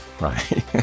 right